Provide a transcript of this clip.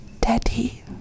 Daddy